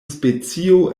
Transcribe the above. specio